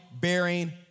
bearing